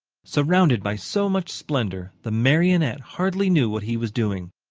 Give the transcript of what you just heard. surrounded by so much splendor, the marionette hardly knew what he was doing.